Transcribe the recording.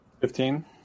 Fifteen